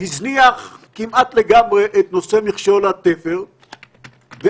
הזניח כמעט לגמרי את נושא מכשול התפר ועשרות